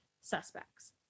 suspects